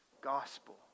gospel